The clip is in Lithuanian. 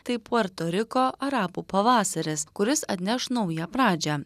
tai puerto riko arabų pavasaris kuris atneš naują pradžią